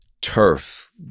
turf